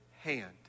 hand